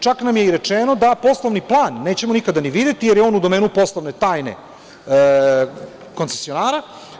Čak nam je i rečeno da poslovni plan nećemo nikada ni videti, jer je on u domenu poslovne tajne koncesionara.